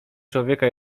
człowieka